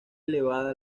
elevada